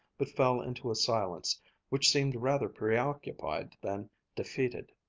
but fell into a silence which seemed rather preoccupied than defeated.